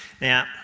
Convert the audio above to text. Now